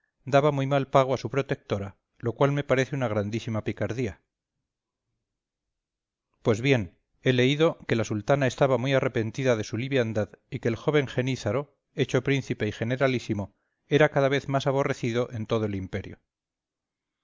daba muy mal pago a su protectora lo cual me parece una grandísima picardía pues bien después he leído que la sultana estaba muy arrepentida de su liviandad y que el joven genízaro hecho príncipe y generalísimo era cada vez más aborrecido en todo el imperio